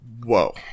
Whoa